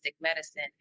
medicine